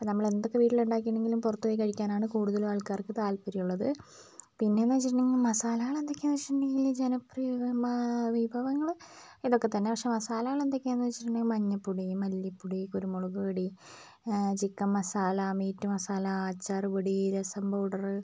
ഇപ്പം നമ്മളെന്തൊക്കെ വീട്ടിൽ ഉണ്ടാക്കീട്ടുണ്ടെങ്കിലും പുറത്തു പോയി കഴിക്കാനാണ് കൂടുതലും ആൾക്കാർക്ക് താല്പര്യമുള്ളത് പിന്നെയെന്ന് വെച്ചിട്ടുണ്ടെങ്കിൽ മസാലകളെന്തൊക്കെയാന്ന് വെച്ചിട്ടുണ്ടെങ്കിൽ ജനപ്രിയം വിഭവങ്ങൾ ഇതൊക്കെത്തന്നെ പക്ഷേ മസാലകൾ എന്തൊക്കെയാന്ന് വച്ചിട്ടുണ്ടെങ്കിൽ മഞ്ഞൾപ്പൊടി മല്ലിപ്പൊടി കുരുമുളകുപൊടി ചിക്കൻ മസാല മീറ്റ് മസാല അച്ചാർ പൊടി രസം പൗഡറ്